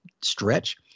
stretch